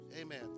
amen